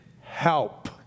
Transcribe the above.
help